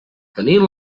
tenint